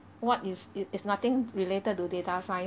what is it it's nothing related to data science